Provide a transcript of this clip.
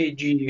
de